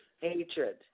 hatred